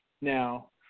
Now